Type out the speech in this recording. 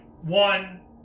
one